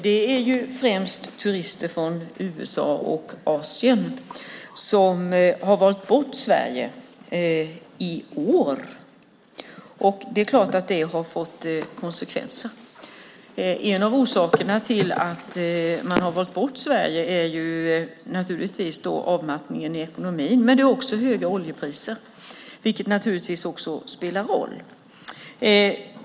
Det är främst turister från USA och Asien som har valt bort Sverige i år. Det är klart att det har fått konsekvenser. En av orsakerna till att man har valt bort Sverige är naturligtvis avmattningen i ekonomin. Men en annan orsak är höga oljepriser, vilket naturligtvis också spelar roll.